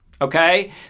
Okay